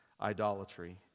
idolatry